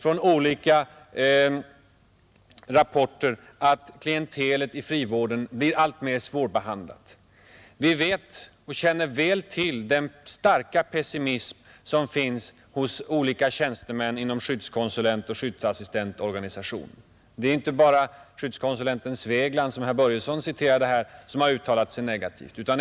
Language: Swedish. Av olika rapporter vet vi att klientelet i frivården blir alltmer svårbehandlat. Vi känner väl till den starka pessimism som finns hos olika tjänstemän inom skyddskonsulentoch skyddsassistentorganisationen. Det är inte bara skyddskonsulenten Svegland, som herr Börjesson citerade, som har uttalat sig negativt.